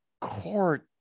court